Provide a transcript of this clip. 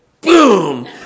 boom